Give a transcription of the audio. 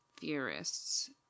theorists